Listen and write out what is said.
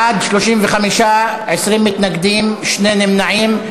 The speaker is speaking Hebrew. בעד 35, 20 מתנגדים, שני נמנעים.